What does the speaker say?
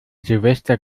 silvester